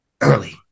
early